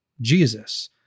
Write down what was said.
Jesus